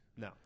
No